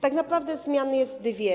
Tak naprawdę zmiany są dwie.